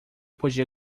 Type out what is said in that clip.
podia